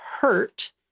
hurt